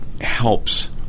helps